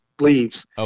leaves